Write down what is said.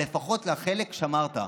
אבל לפחות על חלק שמרתם.